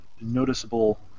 noticeable